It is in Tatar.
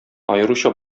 аеруча